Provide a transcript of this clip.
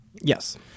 Yes